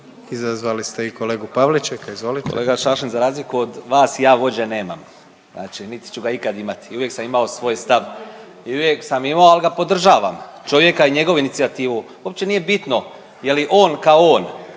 (Hrvatski suverenisti)** Kolega Šašlin, za razliku od vas, ja vođe nemam znači niti ću ga ikad imati i uvijek sam imao svoj stav i uvijek sam imao, ali ga podržavam čovjeka i njegovu inicijativu. Uopće nije bitno je li on kao on,